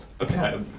Okay